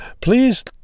please